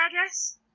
address